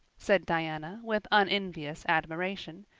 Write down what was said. said diana, with unenvious admiration.